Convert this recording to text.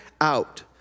out